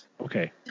Okay